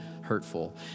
hurtful